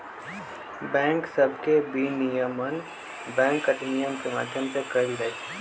bank सभके विनियमन bank अधिनियम के माध्यम से कएल जाइ छइ